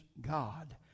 God